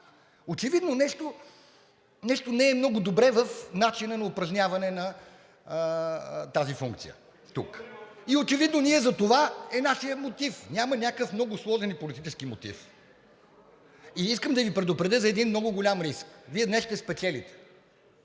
Очевидно нещо не е много добре в начина на упражняване на тази функция тук. Очевидно затова е и нашият мотив. Няма някакъв много сложен и политически мотив. Искам да Ви предупредя за един много голям риск: Вие днес ще спечелите.